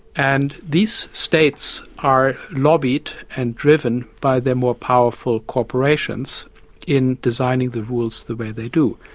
and these states are lobbied and driven by their more powerful corporations in designing the rules the way they do.